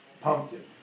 pumpkin